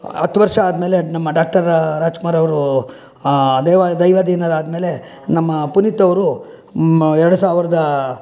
ಹತ್ತು ವರ್ಷ ಆದ್ಮೇಲೆ ನಮ್ಮ ಡಾಕ್ಟರ್ ರಾಜ್ಕುಮಾರ್ ಅವರು ದೇವಾ ದೈವಾಧೀನರಾದ್ಮೇಲೆ ನಮ್ಮ ಪುನೀತ್ ಅವರು ಎರಡು ಸಾವಿರದ